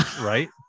Right